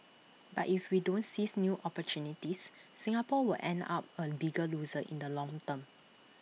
but if we don't seize new opportunities Singapore will end up A bigger loser in the long term